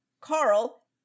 carl